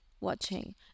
Watching